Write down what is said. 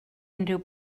unrhyw